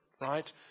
right